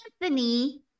Anthony